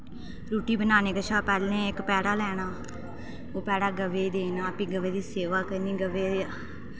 रुट्टी बनाने कशा पैह्लें इक पेड़ा लैना ओह् पेड़ा गवे देना फ्ही गवै दी सेवा करनी गवै दे